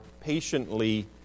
patiently